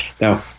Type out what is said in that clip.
Now